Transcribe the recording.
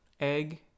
egg